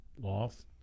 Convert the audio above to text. Lost